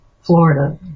Florida